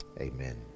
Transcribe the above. Amen